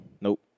nope